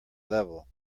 level